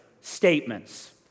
statements